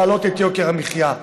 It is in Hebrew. להעלות את יוקר המחיה.